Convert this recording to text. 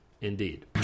indeed